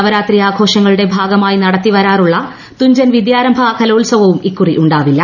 നവരാത്രി ആഘോഷങ്ങളുടെ ഭാഗമായി നടത്തിവരാറുള്ള തുഞ്ചൻ വിദ്യാരംഭ കലോത്സവവും ഇക്കുറി ഉണ്ടാവില്ല